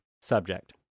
subject